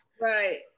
Right